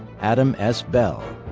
adam s. bell.